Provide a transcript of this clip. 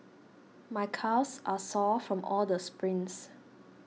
my calves are sore from all the sprints